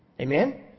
Amen